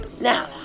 Now